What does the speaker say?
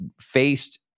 faced